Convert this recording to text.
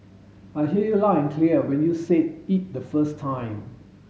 I hear you loud and clear when you said it the first time